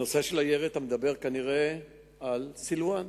נושא הירי, אתה מדבר כנראה על סילואן.